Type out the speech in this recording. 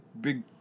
big